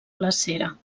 glacera